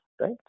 right